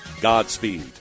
Godspeed